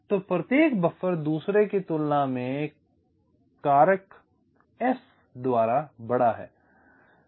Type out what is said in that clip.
तो प्रत्येक बफर दूसरे की तुलना में कारक f द्वारा बड़ा है